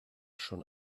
schon